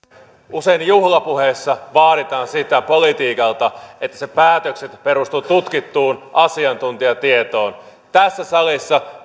usein juhlapuheissa vaaditaan sitä politiikalta että sen päätökset perustuvat tutkittuun asiantuntijatietoon tässä salissa